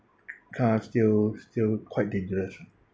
car still still quite dangerous